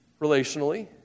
relationally